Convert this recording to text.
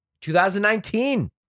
2019